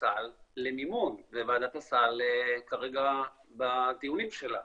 הסל למימון וועדת הסל כרגע בדיונים שלה,